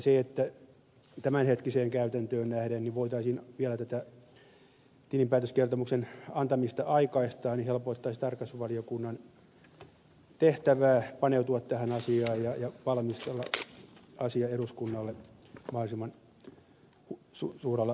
se että tämänhetkiseen käytäntöön nähden voitaisiin vielä tilinpäätöskertomuksen antamista aikaistaa helpottaisi tarkastusvaliokunnan tehtävää paneutua tähän asiaan ja valmistella asia eduskunnalle mahdollisimman suurella huolellisuudella